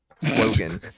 slogan